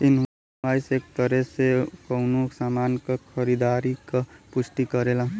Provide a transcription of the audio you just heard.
invoice एक तरे से कउनो सामान क खरीदारी क पुष्टि करेला